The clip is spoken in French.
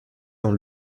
dans